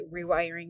rewiring